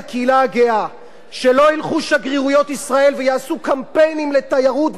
שלא ילכו שגרירויות ישראל ויעשו קמפיינים לתיירות ויזמינו תיירים